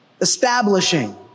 Establishing